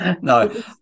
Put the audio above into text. No